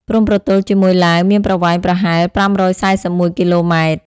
ព្រំប្រទល់ជាមួយឡាវមានប្រវែងប្រហែល ៥៤១ គីឡូម៉ែត្រ។